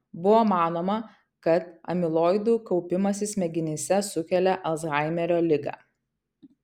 buvo manoma kad amiloidų kaupimasis smegenyse sukelia alzhaimerio ligą